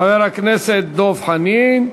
חבר הכנסת דב חנין,